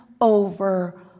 over